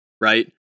right